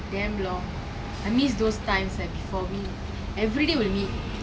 damn long I miss those times leh before we everyday we'll meet